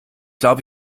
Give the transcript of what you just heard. glaube